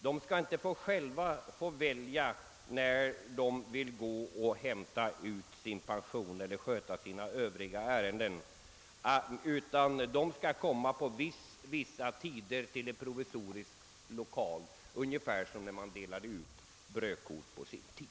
De skall tydligen inte själva få välja när de vill hämta ut sin pension eller sköta sina övriga ärenden utan bli tvingade att komma på vissa tider till en provisorisk lokal — ungefär som vid utdelningen av brödkort på sin tid.